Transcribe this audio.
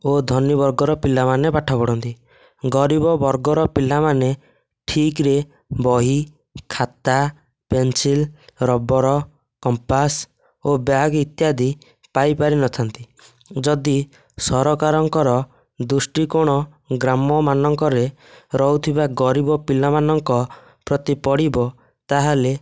ଓ ଧନି ବର୍ଗର ପିଲାମାନେ ପାଠ ପଢ଼ନ୍ତି ଗରିବ ବର୍ଗର ପିଲାମାନେ ଠିକ୍ରେ ବହି ଖାତା ପେନ୍ସିଲ୍ ରବର କମ୍ପାସ ଓ ବ୍ୟାଗ୍ ଇତ୍ୟାଦି ପାଇ ପାରି ନଥା'ନ୍ତି ଯଦି ସରକାରଙ୍କର ଦୃଷ୍ଟିକୋଣ ଗ୍ରାମମାନଙ୍କରେ ରହୁଥିବା ଗରିବ ପିଲାମାନଙ୍କ ପ୍ରତି ପଡ଼ିବ ତା'ହେଲେ